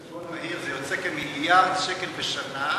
בחשבון מהיר זה יוצא כמיליארד שקל בשנה,